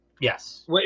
Yes